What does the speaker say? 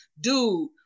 Dude